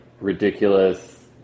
ridiculous